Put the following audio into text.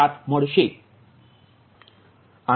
0507 મળશે